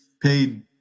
paid